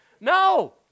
No